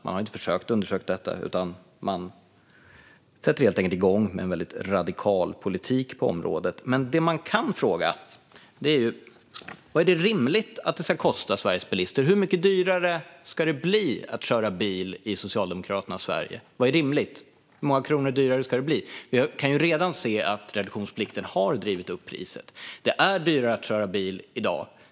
Man har inte försökt undersöka detta, utan sätter helt enkelt igång med en väldigt radikal politik på området. Det som går att fråga är: Vad är det rimligt att det ska kosta Sveriges bilister? Hur mycket dyrare ska det bli att köra bil i Socialdemokraternas Sverige? Vad är rimligt? Hur många kronor dyrare ska det bli? Vi kan redan se att reduktionsplikten har drivit upp priset. Det är dyrare att köra bil i dag.